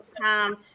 time